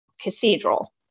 cathedral